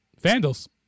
Vandals